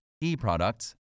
e-products